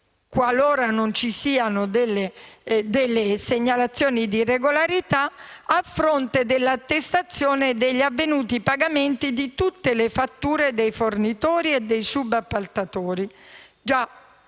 qualora non ci siano segnalazioni di irregolarità a fronte dell'attestazione degli avvenuti pagamenti di tutte le fatture dei fornitori e dei subappaltatori. Già,